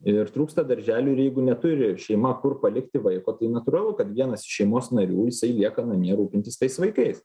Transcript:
ir trūksta darželių ir jeigu neturi šeima kur palikti vaiko tai natūralu kad vienas iš šeimos narių jisai lieka namie rūpintis tais vaikais